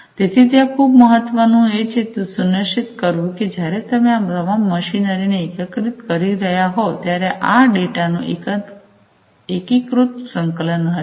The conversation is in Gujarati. તેથી ત્યાં ખૂબ મહત્વનું છે તે સુનિશ્ચિત કરવું કે જ્યારે તમે આ તમામ મશીનરીને એકીકૃત કરી રહ્યાં હોવ ત્યારે ત્યાં આ ડેટાનું એકીકૃત સંકલન હશે